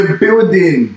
building